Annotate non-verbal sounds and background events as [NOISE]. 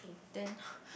then [BREATH]